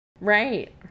Right